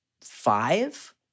five